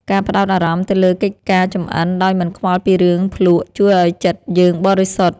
ការផ្ដោតអារម្មណ៍ទៅលើកិច្ចការចម្អិនដោយមិនខ្វល់ពីរឿងភ្លក្សជួយឱ្យចិត្តយើងបរិសុទ្ធ។